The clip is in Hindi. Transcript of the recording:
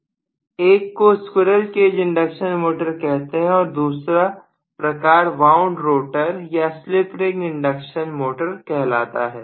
1 को स्क्विरल केज इंडक्शन मोटर कहते हैं और दूसरा प्रकार वाउंड रोटर या स्लिप रिंग इंडक्शन मोटर कहलाता है